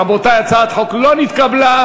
רבותי, הצעת החוק לא נתקבלה.